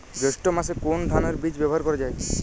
জৈষ্ঠ্য মাসে কোন ধানের বীজ ব্যবহার করা যায়?